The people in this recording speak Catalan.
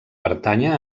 pertànyer